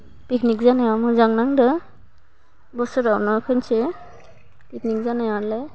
picnic जानायाव मोजां नांदो बसोरावनो खनसे पिगनिक जानायावलाय